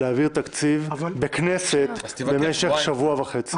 להעביר תקציב בכנסת במשך שבוע וחצי.